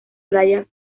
playa